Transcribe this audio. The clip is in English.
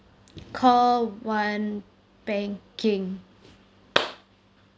call one banking